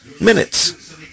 minutes